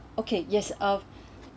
okay yes um